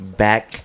back